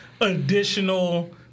additional